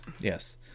Yes